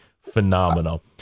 phenomenal